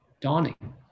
dawning